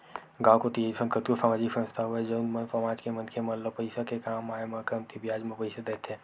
गाँव कोती अइसन कतको समाजिक संस्था हवय जउन मन समाज के मनखे मन ल पइसा के काम आय म कमती बियाज म पइसा देथे